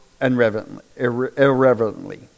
irreverently